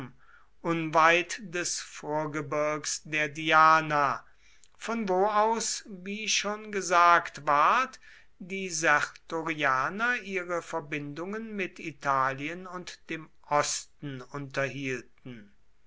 unweit des vorgebirgs der diana von wo aus wie schon gesagt ward die sertorianer ihre verbindungen mit italien und dem osten unterhielten